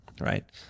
right